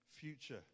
future